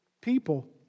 people